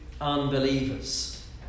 unbelievers